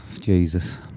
Jesus